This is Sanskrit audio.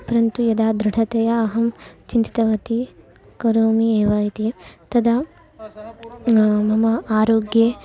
परन्तु यदा दृढतया अहं चिन्तितवती करोमि एव इति तदा मम आरोग्ये